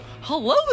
hello